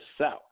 South